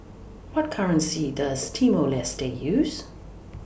What currency Does Timor Leste use